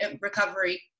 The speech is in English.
recovery